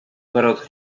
garoto